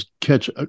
catch